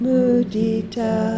Mudita